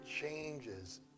changes